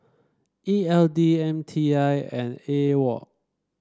E L D M T I and AWOL